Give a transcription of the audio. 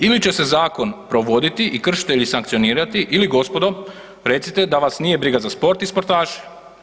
Ili će se zakon provoditi i kršitelji sankcionirati ili gospodo recite da vas nije briga za sport i sportaše.